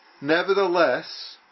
nevertheless